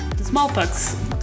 smallpox